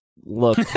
Look